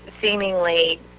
seemingly